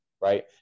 right